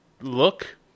look